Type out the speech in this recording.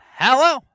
Hello